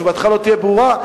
או שתשובתך לא תהיה ברורה,